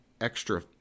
extra